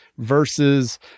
versus